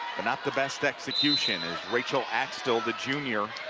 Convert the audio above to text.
but not the best execution as rachel axtell, the junior,